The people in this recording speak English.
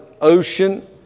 ocean